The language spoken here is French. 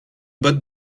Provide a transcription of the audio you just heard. bottes